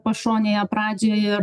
pašonėje pradžią ir